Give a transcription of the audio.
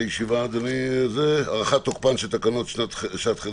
הישיבה בנושא: הארכת תוקפן של תקנות שעת חירום